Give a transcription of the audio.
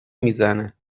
میزنه